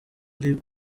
ari